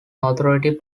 authority